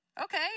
Okay